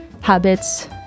habits